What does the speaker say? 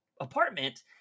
apartment